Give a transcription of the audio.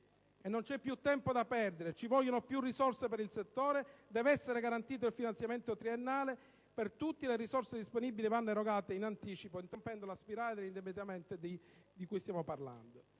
non c'è più tempo da perdere. Ci vogliono più risorse per il settore, deve essere garantito il finanziamento triennale per tutti e le risorse disponibili vanno erogate in anticipo, interrompendo la spirale dell'indebitamento di cui stiamo parlando.